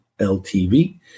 LTV